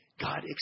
God